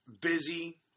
Busy